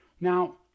Now